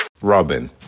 Robin